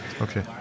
Okay